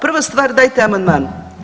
Prva stvar, dajte amandman.